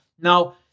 Now